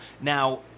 now